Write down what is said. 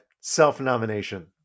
self-nomination